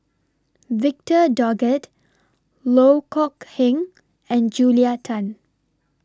Victor Doggett Loh Kok Heng and Julia Tan